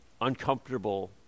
uncomfortable